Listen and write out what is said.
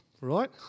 right